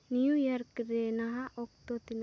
New York ᱨᱮ ᱱᱟᱦᱟᱜ ᱚᱠᱛᱚ ᱛᱤᱱᱟᱹᱜ